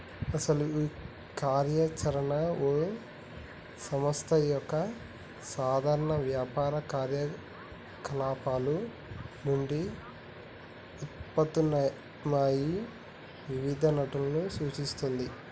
అసలు ఈ కార్య చరణ ఓ సంస్థ యొక్క సాధారణ వ్యాపార కార్యకలాపాలు నుండి ఉత్పన్నమయ్యే వివిధ నట్టులను సూచిస్తుంది